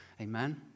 Amen